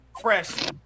fresh